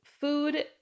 food